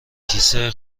کیسه